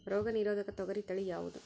ರೋಗ ನಿರೋಧಕ ತೊಗರಿ ತಳಿ ಯಾವುದು?